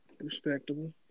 Respectable